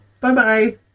Bye-bye